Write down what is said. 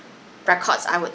records I would